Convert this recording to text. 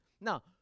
Now